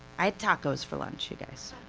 i had tacos for lunch you guys,